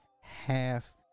half